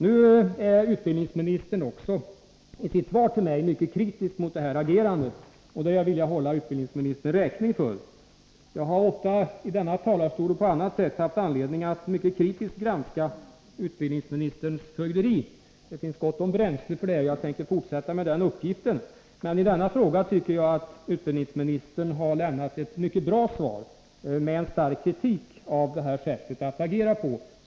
Nu är också utbildningsministern i sitt svar till mig mycket kritisk mot detta agerande, och det vill jag hålla utbildningsministern räkning för. Jag har ofta i denna talarstol och på annat sätt haft anledning att mycket kritiskt granska utbildningsministerns fögderi — det finns gott om bränsle för det, och jag tänker fortsätta med den uppgiften — men i denna fråga tycker jag att utbildningsministern har lämnat ett mycket bra svar med en stark kritik av det här sättet att agera.